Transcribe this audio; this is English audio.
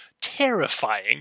terrifying